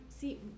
see